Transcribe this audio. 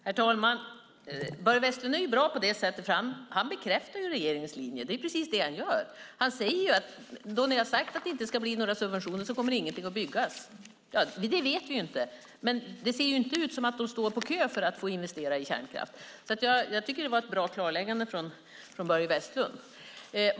Herr talman! Börje Vestlund är bra på det sättet att han bekräftar regeringens linje. Det är precis det han gör. Han säger ju att då ni har sagt att det inte ska bli några subventioner kommer ingenting att byggas. Det vet vi inte, men det ser inte ut som investerare står på kö för att få investera i kärnkraft. Jag tycker att det här var ett bra klarläggande från Börje Vestlund.